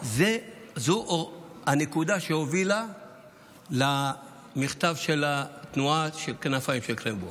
זו הנקודה שהובילה למכתב של התנועה כנפיים של קרמבו.